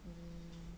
mmhmm